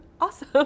awesome